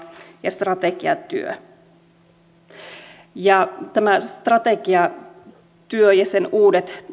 ja strategiatyö tämä strategiatyö ja sen uudet